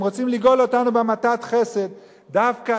הם רוצים לגאול אותנו בהמתת חסד דווקא